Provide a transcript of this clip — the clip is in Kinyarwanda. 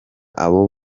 abo